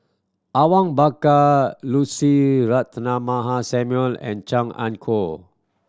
Awang Bakar Lucy Ratnammah Samuel and Chan Ah Kow